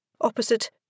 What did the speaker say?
Opposite